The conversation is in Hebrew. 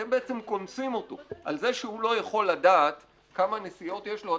אתם בעצם קונסים אותו על זה שהוא לא יכול לדעת כמה נסיעות יש לו,